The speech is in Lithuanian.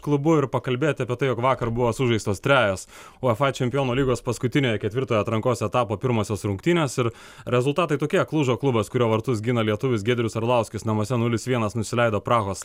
klubu ir pakalbėti apie tai jog vakar buvo sužaistos trejos uefa čempionų lygos paskutiniojo ketvirtojo atrankos etapo pirmosios rungtynės ir rezultatai tokie klužo klubas kurio vartus gina lietuvis giedrius arlauskis namuose nulis vienas nusileido prahos